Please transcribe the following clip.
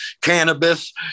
cannabis